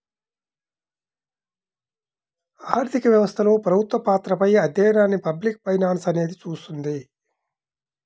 ఆర్థిక వ్యవస్థలో ప్రభుత్వ పాత్రపై అధ్యయనాన్ని పబ్లిక్ ఫైనాన్స్ అనేది చూస్తుంది